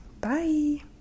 bye